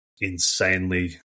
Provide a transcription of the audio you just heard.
insanely